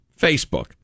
Facebook